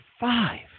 five